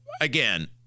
again